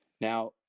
Now